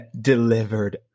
delivered